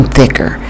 thicker